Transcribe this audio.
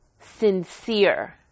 sincere